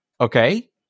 okay